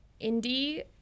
indie